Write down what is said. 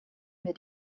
mir